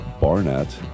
Barnett